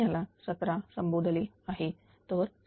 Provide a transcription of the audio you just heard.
मी याला 17 संबोधले आहे